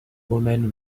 woman